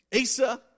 Asa